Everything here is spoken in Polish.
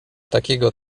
takiego